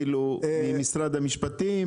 אתה ממשרד המשפטים?